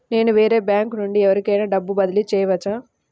నేను వేరే బ్యాంకు నుండి ఎవరికైనా డబ్బు బదిలీ చేయవచ్చా?